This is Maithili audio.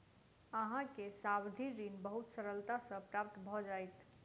अहाँ के सावधि ऋण बहुत सरलता सॅ प्राप्त भ जाइत